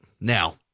Now